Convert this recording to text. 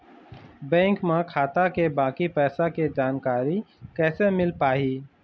Bank म खाता के बाकी पैसा के जानकारी कैसे मिल पाही?